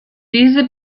diese